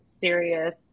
serious